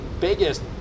biggest